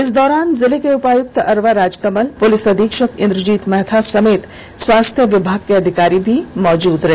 इस दौरान जिले के उपायुक्त अरवा राजकमल पुलिस अधीक्षक इंद्रजीत महाथा समेत स्वास्थ्य विभाग के अधिकारी भी मौजूद रहे